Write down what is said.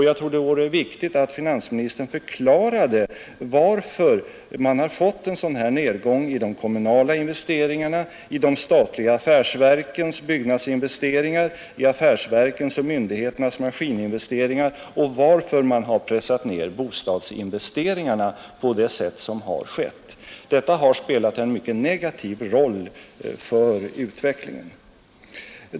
Jag tror det vore viktigt att finansministern förklarade varför man har fått en sådan här nedgång i de kommunala investeringarna, i de statliga affärsverkens byggnadsinvesteringar, i affärsverkens och myndigheternas maskininvesteringar, och varför man har pressat ned bostadsinvesteringarna på det sätt som har skett. Detta har spelat en mycket negativ roll för utvecklingen.